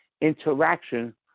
interaction